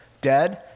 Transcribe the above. dead